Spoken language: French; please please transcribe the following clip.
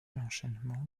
enchaînement